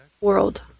world